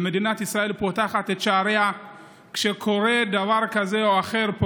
ומדינת ישראל פותחת את שעריה כשקורה דבר כזה או אחר בעולם,